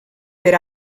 per